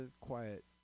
quiet